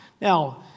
Now